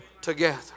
together